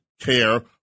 care